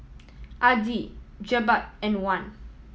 Adi Jebat and Wan